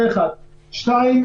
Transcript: דבר שני,